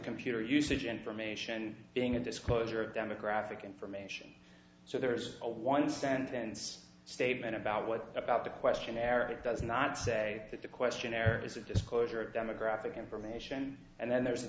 computer usage information being a disclosure of demographic information so there's a one sentence statement about what about the questionnaire it does not say that the questionnaire is a disclosure of demographic information and then there